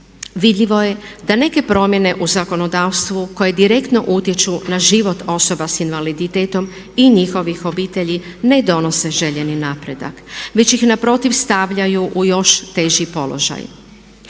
vidljivo je da neke promjene u zakonodavstvu koje direktno utječu na život osoba s invaliditetom i njihovih obitelji ne donose željeni napredak već ih naprotiv stavljaju u još teži položaj.